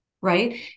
right